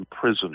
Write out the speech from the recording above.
prison